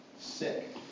sick